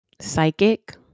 psychic